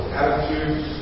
attitudes